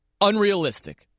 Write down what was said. Unrealistic